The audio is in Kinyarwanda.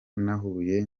nahuye